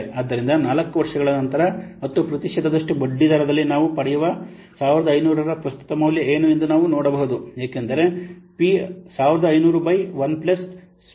ಆದ್ದರಿಂದ 4 ವರ್ಷಗಳ ನಂತರ 10 ಪ್ರತಿಶತದಷ್ಟು ಬಡ್ಡಿದರದಲ್ಲಿ ನಾವು ಪಡೆಯುವ 1500 ರ ಪ್ರಸ್ತುತ ಮೌಲ್ಯವು ಏನು ಎಂದು ನಾವು ನೋಡಬಹುದು ಏಕೆಂದರೆ ಪಿ 1500 ಬೈ 1 ಪ್ಲಸ್ 0